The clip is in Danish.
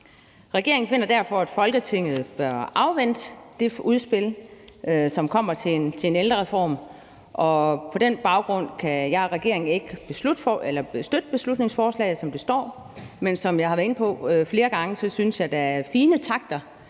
Regeringen finder derfor, at Folketinget bør afvente det udspil til en ældrereform, som kommer. På den baggrund kan jeg og regeringen ikke støtte beslutningsforslaget, som det er, men som jeg flere gange har været inde på, synes jeg, der er fine takter